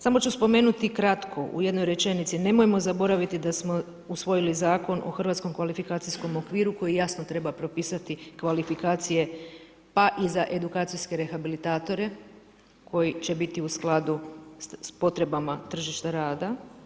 Samo ću spomenuti kratko u jednoj rečenici, nemojmo zaboraviti da smo usvojili Zakon o Hrvatskom kvalifikacijskom okviru koji jasno treba propisati kvalifikacije, pa i za edukacijske rehabilitatore koji će biti u skladu s potrebama tržišta rada.